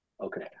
Okay